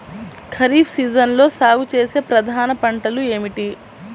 ఖరీఫ్ సీజన్లో సాగుచేసే ప్రధాన పంటలు ఏమిటీ?